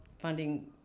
funding